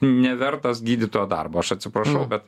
nevertas gydytojo darbo aš atsiprašau bet